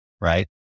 right